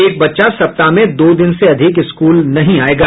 एक बच्चा सप्ताह में दो दिन से अधिक स्कूल नहीं आयेगा